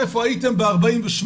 איפה הייתם ב-48